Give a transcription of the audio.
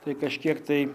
tai kažkiek tai